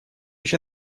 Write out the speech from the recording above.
еще